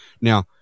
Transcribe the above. now